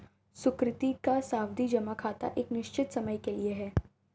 सुकृति का सावधि जमा खाता एक निश्चित समय के लिए है